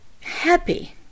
happy